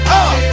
up